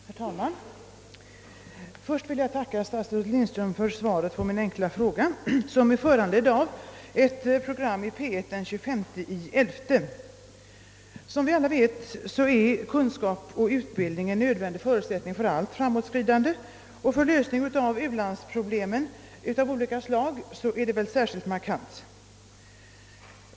Herr talman! Först vill jag tacka statsrådet fru Lindström för svaret på min enkla fråga, som är föranledd av ett program i P 1 den 25 november. Som vi alla vet är kunskap och utbildning en nödvändig förutsättning för allt framåtskridande. För lösandet av u-landsproblem av olika slag är detta särskilt markant.